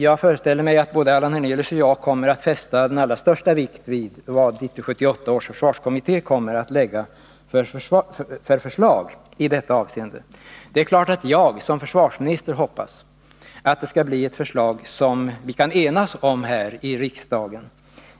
Jag föreställer mig att Allan Hernelius liksom jag kommer att fästa den allra största vikt vid vad 1978 års försvarskommitté föreslår i detta avseende. Det är klart att jag som försvarsminister hoppas att det skall bli ett förslag som vi kan enas om här i riksdagen.